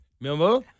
Remember